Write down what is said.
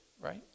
right